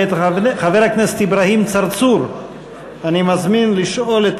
ואת חבר הכנסת אברהים צרצור אני מזמין לשאול את